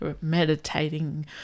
meditating